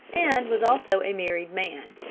and was also a married man.